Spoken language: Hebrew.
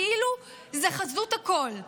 כאילו זה חזות הכול?